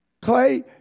Clay